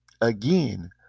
Again